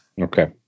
Okay